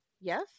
Yes